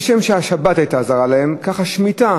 כשם שהשבת הייתה זרה להם, כך השמיטה